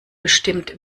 bestimmt